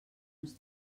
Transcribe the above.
uns